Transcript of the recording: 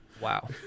Wow